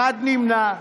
אחד נמנע.